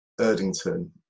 Erdington